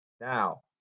Now